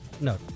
No